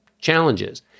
challenges